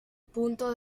punto